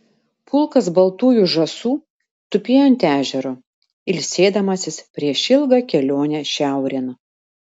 pulkas baltųjų žąsų tupėjo ant ežero ilsėdamasis prieš ilgą kelionę šiaurėn